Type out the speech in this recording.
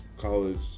college